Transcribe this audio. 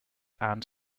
and